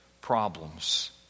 problems